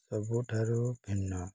ସବୁଠାରୁ ଭିନ୍ନ